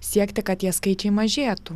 siekti kad tie skaičiai mažėtų